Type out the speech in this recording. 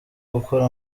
gukora